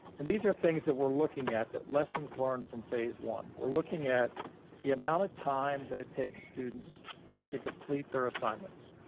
and these are things that we're looking at, the lessons learned from phase one. we're looking at the amount of time that it takes students to complete their assignments,